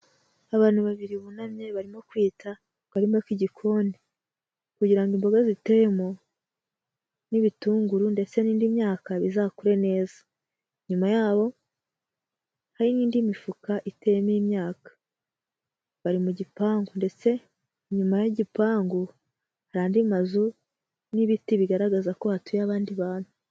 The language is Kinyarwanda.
Abantu babiri bunamye barimo kwita ku karima k'igikoni kugirango imboga ziteyemo n'ibitunguru ndetse n'indi myaka bizakure neza, inyuma yaho hari n'indi mifuka iteyemo imyaka, bari mu gipangu ndetse inyuma y'igipangu hari andi mazu n'ibiti bigaragaza ko hatuye abandi bantu.